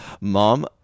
Mom